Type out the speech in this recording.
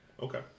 Okay